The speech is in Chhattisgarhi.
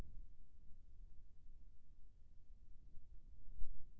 मोर केबल हर सेल फोन से रिचार्ज होथे पाही का?